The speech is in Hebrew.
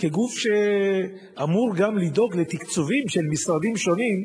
כגוף שאמור לדאוג גם לתקצובים של משרדים שונים,